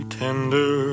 tender